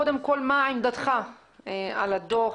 מה עמדתך על הדוח?